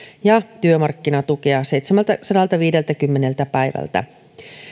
ja työmarkkinatukea seitsemältäsadaltaviideltäkymmeneltä päivältä